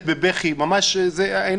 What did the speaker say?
יש סרטונים שמסתובבים בכל רחבי הרשת כשמדובר